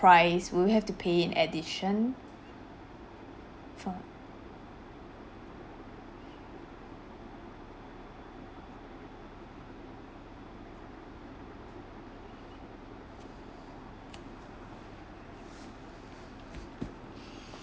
~rice we'll have to pay in addition